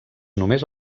només